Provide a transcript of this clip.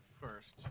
first